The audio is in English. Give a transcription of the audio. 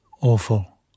Awful